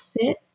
sit